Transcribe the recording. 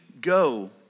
go